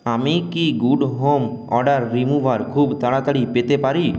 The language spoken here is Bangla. আমি কি গুড হোম ওডর রিমুভার খুব তাড়াতাড়ি পেতে পারি